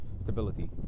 stability